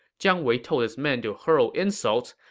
jiang wei told his men to hurl insults,